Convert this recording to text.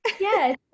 yes